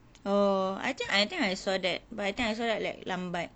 oh I think I think I saw that but I think I saw that like lambat